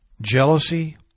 jealousy